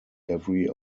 every